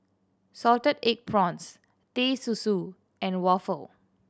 salted egg prawns Teh Susu and waffle